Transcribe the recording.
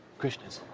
krishnas.